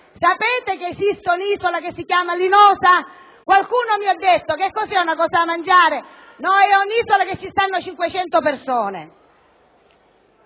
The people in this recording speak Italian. Sapete che esiste un'isola che si chiama Linosa? Qualcuno mi ha detto, ma cos'è qualcosa da mangiare? No, è un'isola in cui vivono 500 persone,